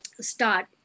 start